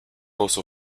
also